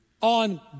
on